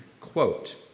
quote